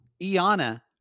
Iana